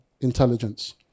intelligence